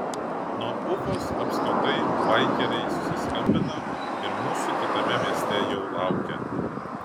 nuo ufos apskritai baikeriai susiskambina ir mūsų kitame mieste jau laukia